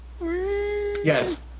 Yes